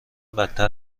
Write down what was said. بدتر